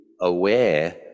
aware